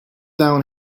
down